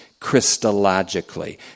Christologically